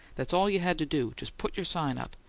that's all you had to do just put your sign up!